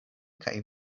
kaj